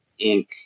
Inc